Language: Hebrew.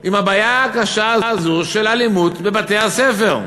עם הבעיה הקשה הזאת של אלימות בבתי-הספר.